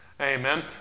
Amen